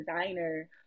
designer